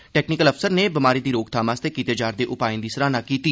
technical अफसर नै बमारी दी रोकथाम आस्तै कीते जा'रदे उपाएं दी सराह्ना कीती